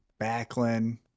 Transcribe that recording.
Backlund